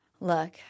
look